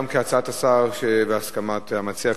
גם כהצעת השר וגם בהסכמת המציע,